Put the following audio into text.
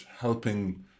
helping